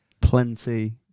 plenty